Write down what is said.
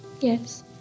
Yes